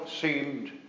seemed